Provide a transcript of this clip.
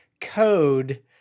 code